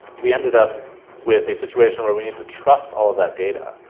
we ended up with a situation where we need to trust all of that data,